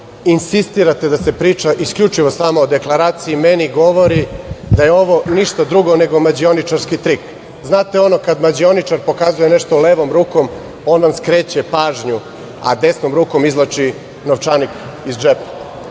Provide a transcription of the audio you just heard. insistirate da se priča, isključivo samo o deklaraciji, meni govori da je ovo ništa drugo nego mađioničarski trik. Znate ono kada mađioničar pokazuje nešto levom rukom on nam skreće pažnju, a desnom rukom izvlači novčanik iz džepa. Dakle,